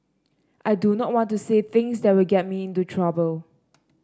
I do not want to say things that will get me into trouble